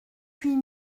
huit